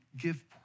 give